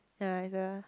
ya and the